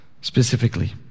Specifically